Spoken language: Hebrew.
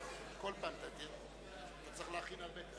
הכנסת, בעד ההסתייגות,